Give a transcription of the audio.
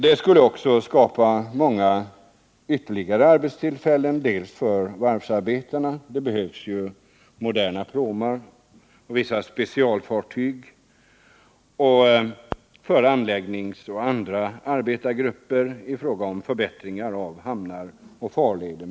Detta skulle skapa många ytterligare arbetstillfällen både för varvsarbetare — det behövs moderna pråmar och specialfartyg — och för arbetargrupper som sysslar med förbättring av hamnar och farleder.